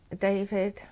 David